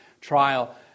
trial